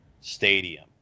stadium